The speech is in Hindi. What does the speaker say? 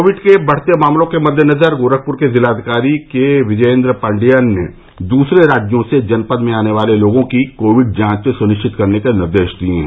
कोविड के बढ़ते मामलों के मद्देनजर गोरखपुर के जिलाधिकारी के विजयेन्द्र पाण्डियन ने दूसरे राज्यों से जनपद में आने वाले लोगों की कोविड जांच सुनिश्चित करने के निर्देश दिए हैं